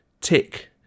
tick